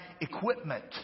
equipment